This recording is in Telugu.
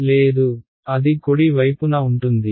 లేదు అది కుడి వైపున ఉంటుంది